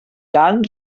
gan